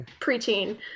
preteen